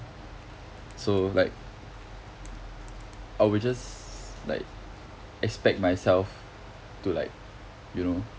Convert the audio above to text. so like I would just like expect myself to like you know